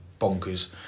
bonkers